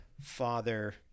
father